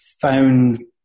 found